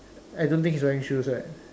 I don't think he's wearing shoes right